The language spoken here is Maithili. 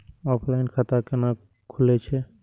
ऑफलाइन खाता कैना खुलै छै?